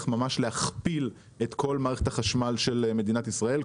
להכפיל את כל מערכת החשמל של מדינת ישראל,